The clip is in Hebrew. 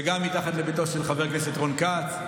וגם מתחת לביתו של חבר הכנסת רון כץ.